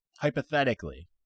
Hypothetically